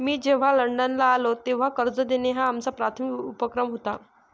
मी जेव्हा लंडनला आलो, तेव्हा कर्ज देणं हा आमचा प्राथमिक उपक्रम होता